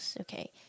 okay